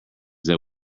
that